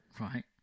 Right